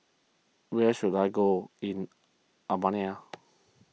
where should I go in Albania